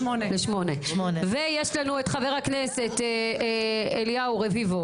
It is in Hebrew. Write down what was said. לשמונה ויש לנו את חבר הכנסת אליהו רביבו